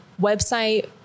website